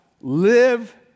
live